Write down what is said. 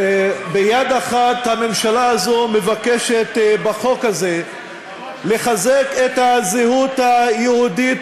ביד אחת הממשלה הזאת מבקשת בחוק הזה לחזק את הזהות היהודית